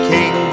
King